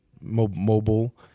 mobile